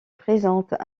présente